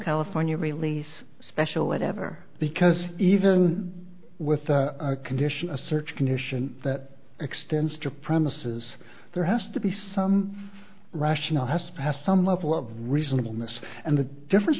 california release special whatever because even with a condition a search condition that extends to premises there has to be some rational has passed some level of reasonableness and the difference